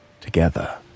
Together